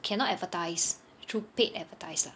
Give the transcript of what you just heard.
cannot advertise through paid advertise